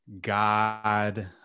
God